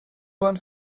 bahn